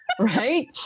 Right